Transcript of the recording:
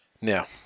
Now